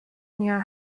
near